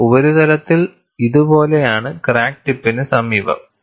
ഇത് ഉപരിതലത്തിൽ ഇതു പോലെയാണ് ക്രാക്ക് ടിപ്പിന് സമീപം